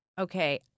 okay